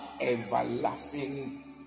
everlasting